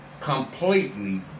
completely